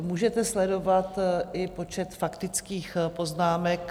Můžete sledovat i počet faktických poznámek.